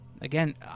Again